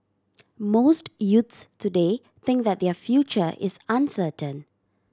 most youths today think that their future is uncertain